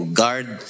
guard